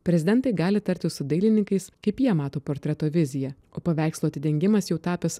prezidentai gali tartis su dailininkais kaip jie mato portreto viziją o paveikslo atidengimas jau tapęs